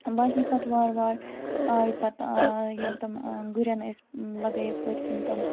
باقٕے پَتہٕ وارٕ وارٕ آیہِ پَتہٕ یِم تِم گُرٮ۪ن ٲسۍ لَگٲیِکھ پِتھۍ کِنۍ تِم